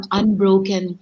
unbroken